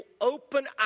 open